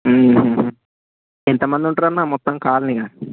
ఎంతమంది ఉంటారన్న మొత్తం కాలనీలో